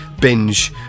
binge